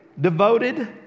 devoted